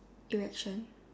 election